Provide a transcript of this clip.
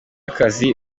akazi